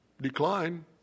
decline